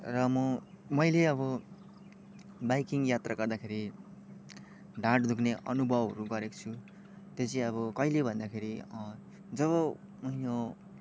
र म मैले अब बाइकिङ यात्रा गर्दाखेरि ढाँड दुख्ने अनुभवहरू गरेको छु त्यो चाहिँ अब कहिले भन्दाखेरि जब उयो